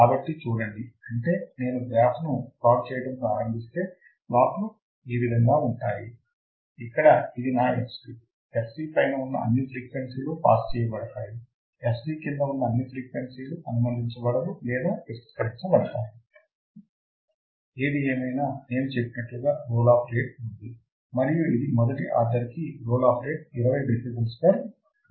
కాబట్టి చూడండి అంటే నేను గ్రాఫ్ను ప్లాట్ చేయడం ప్రారంభిస్తే ప్లాట్లు ఈ విధంగా ఉంటాయి ఇక్కడ ఇది నా fc fc పైన ఉన్న అన్ని ఫ్రీక్వెన్సీలు పాస్ చేయబడతాయి fc క్రింద ఉన్న అన్ని ఫ్రీక్వెన్సీలు అనుమతించబడవు లేదా తిరస్కరించబడతాయి ఏదేమైనా నేను చెప్పినట్లుగా రోల్ ఆఫ్ రేట్ ఉంది మరియు ఇది మొదటి ఆర్డర్ కి roll off rate 20 decibels per decade